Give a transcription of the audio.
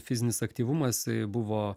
fizinis aktyvumas jisai buvo